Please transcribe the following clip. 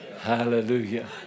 Hallelujah